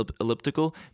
elliptical